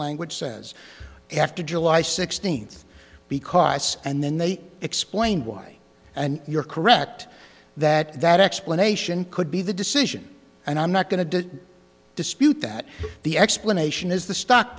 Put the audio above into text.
language says after july sixteenth because ice and then they explained why and you're correct that that explanation could be the decision and i'm not going to dispute that the explanation is the stock